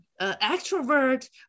extrovert